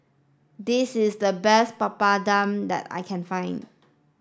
this is the best Papadum that I can find